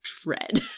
dread